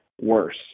worse